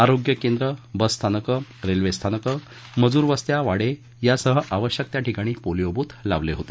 आरोग्य केंद्र बसस्थानकं रेल्वे स्थानकं मजुरवस्त्या वाडे यासह आवश्यक त्या ठिकाणी पोलिओ बूथ लावले होते